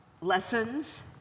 lessons